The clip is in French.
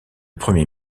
premier